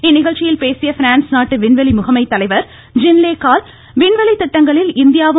இந்நிகழ்ச்சியில் பேசிய பிரான்ஸ் நாட்டு விண்வெளி முகமை தலைவர் ஜீன் லே கால் விண்வெளி திட்டங்களில் இந்தியாவும்